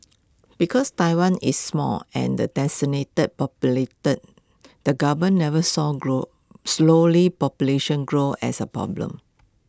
because Taiwan is small and densely the govern never saw grow slowing population growth as A problem